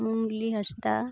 ᱢᱩᱝᱞᱤ ᱦᱟᱸᱥᱫᱟ